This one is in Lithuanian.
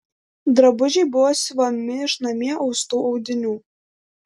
drabužiai buvo siuvami iš namie austų audinių